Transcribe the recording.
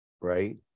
Right